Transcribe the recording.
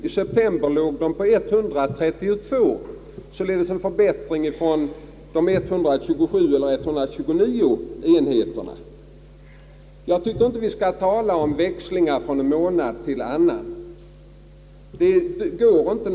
I september var nämligen siffran 132, således en förbättring från de 127 och 129 enheterna i juli och augusti. Jag tycker dock inte att vi skall bygga resonemangen på växlingar från en månad till en annan.